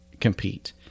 compete